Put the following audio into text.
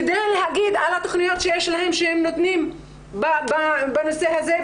כדי להגיד על התוכניות שיש להם ושהם נותנים בנושא הזה,